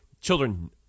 children